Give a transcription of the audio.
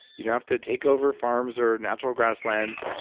you don't have to take over farms or natural grasslands,